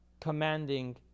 commanding